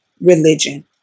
religion